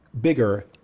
bigger